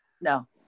No